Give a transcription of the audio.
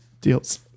deals